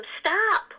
stop